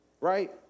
right